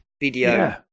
video